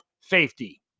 safety